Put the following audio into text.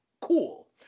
Cool